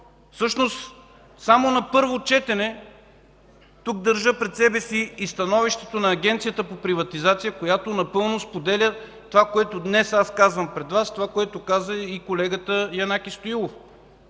Всъщност само на първо четене – държа пред себе си и становището на Агенцията по приватизация, която напълно споделя това, което днес казвам пред Вас, което каза и колегата Янаки Стоилов